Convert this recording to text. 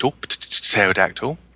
pterodactyl